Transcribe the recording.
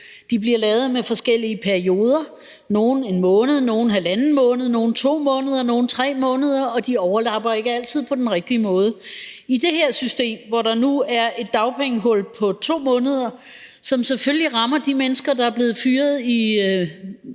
De bliver lavet med forskellige perioder – nogle 1 måned, nogle 1½ måned, nogle 2 måneder og nogle 3 måneder – og de overlapper ikke altid på den rigtige måde. I det her system, hvor der nu er et dagpengehul på 2 måneder, rammer det selvfølgelig de mennesker, der er blevet fyret i